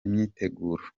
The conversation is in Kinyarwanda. imyiteguro